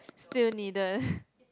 still needed